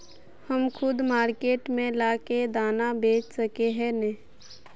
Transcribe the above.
हम खुद मार्केट में ला के दाना बेच सके है नय?